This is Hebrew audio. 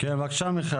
טוב.